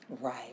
Right